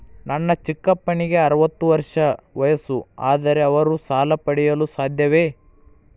ನನ್ನ ಚಿಕ್ಕಪ್ಪನಿಗೆ ಅರವತ್ತು ವರ್ಷ ವಯಸ್ಸು, ಆದರೆ ಅವರು ಸಾಲ ಪಡೆಯಲು ಸಾಧ್ಯವೇ?